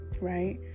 right